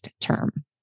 term